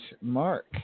Mark